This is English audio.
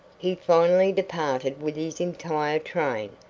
he finally departed with his entire train,